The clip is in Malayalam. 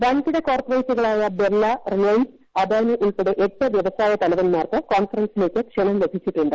വൻകിട കോർപ്പറേറ്റുകളായ ബിർള റിലയൻസ് അദാനി ഉൾപ്പെടെ എട്ട് പൃവസായ തലവൻമാർക്ക് കോൺഫറൻസിലേക്ക് ക്ഷണം ലഭിച്ചിട്ടുണ്ട്